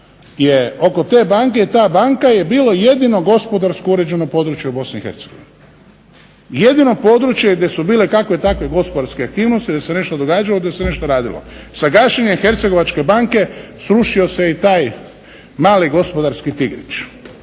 je oko te banke ta banka je bilo jedino gospodarsko uređeno područje u Bosni i Hercegovini, jedino područje gdje su bile takve i takve gospodarske aktivnosti, da se nešto događalo, da se nešto radilo. Sa gašenjem Hercegovačke banke srušio se i taj mali gospodarski tigrić